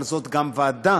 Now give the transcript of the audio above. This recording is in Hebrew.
אבל זאת גם ועדה